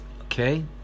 Okay